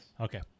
Okay